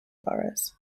boroughs